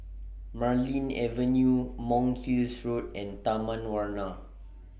Marlene Avenue Monk's Hill Road and Taman Warna